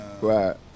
right